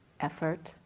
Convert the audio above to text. effort